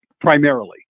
primarily